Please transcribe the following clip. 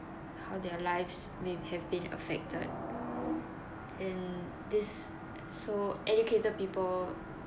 their lives may have been affected and this so educated people